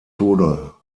tode